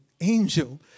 angel